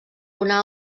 una